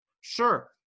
Sure